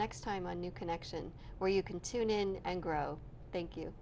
next time a new connection where you can tune in and grow thank you